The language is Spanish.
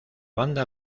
banda